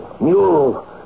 Mule